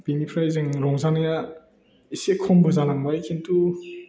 बेनिफ्राय जों रंजानाया एसे खमबो जालांबाय किन्तु